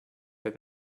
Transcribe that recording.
that